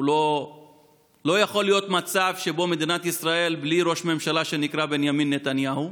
לא יכול להיות מצב שבו מדינת ישראל בלי ראש ממשלה שנקרא בנימין נתניהו,